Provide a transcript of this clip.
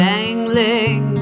Dangling